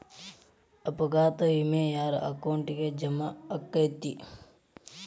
ಅಪಘಾತ ವಿಮೆ ಯಾರ್ ಅಕೌಂಟಿಗ್ ಜಮಾ ಆಕ್ಕತೇ?